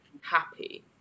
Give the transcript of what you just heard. happy